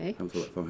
Okay